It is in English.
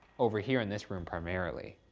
over here in this room, primarily.